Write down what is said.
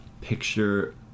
picture